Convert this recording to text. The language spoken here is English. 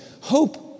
Hope